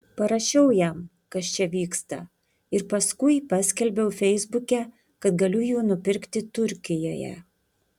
parašiau jam kas čia vyksta ir paskui paskelbiau feisbuke kad galiu jų nupirkti turkijoje